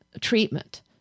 treatment